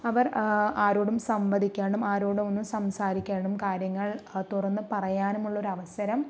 അവർ ആരോടും സംവദിക്കാനും ആരോടും ഒന്നും സംസാരിക്കാനും കാര്യങ്ങൾ തുറന്ന് പറയാനുമുള്ള ഒരു അവസരം